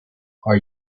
are